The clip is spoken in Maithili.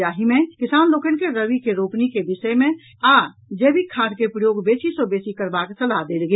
जाहि मे किसान लोकनि के रबी के रोपनी के विषय मे आ जैविक खाद के प्रयोग बेसी सँ बेसी करबाक सलाह देल गेल